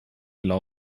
schon